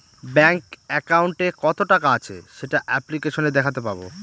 bank একাউন্টে কত টাকা আছে সেটা অ্যাপ্লিকেসনে দেখাতে পাবো